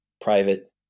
private